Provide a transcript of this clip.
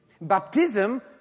Baptism